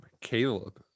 Caleb